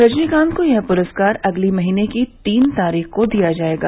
रजनीकांत को यह पुरस्कार अगले महीने की तीन तारीख को दिया जाएगा